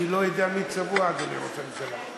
אני לא יודע מי צבוע, אדוני ראש הממשלה.